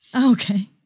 okay